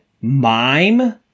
mime